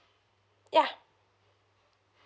yeah